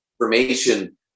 information